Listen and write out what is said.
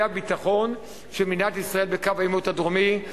הביטחון של מדינת ישראל בקו העימות הדרומי.